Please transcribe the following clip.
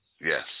Yes